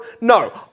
no